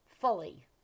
fully